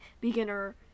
beginner